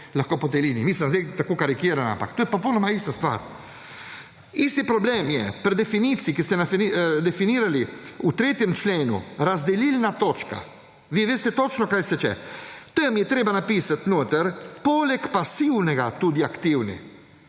greš po tej liniji. Mislim, zdaj tako karikiram, ampak to je popolnoma ista stvar. Enak problem je pri definiciji, ko ste definirali v tretjem členu razdelilno točko. Vi veste točno, kaj se hoče; tam je treba napisati »poleg pasivnega tudi aktivni«.